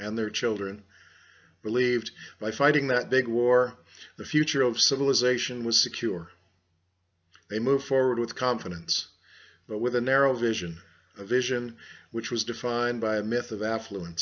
and their children believed by fighting that big war the future of civilization was secure they move forward with confidence but with a narrow vision a vision which was defined by a myth of affluen